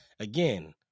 Again